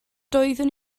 doeddwn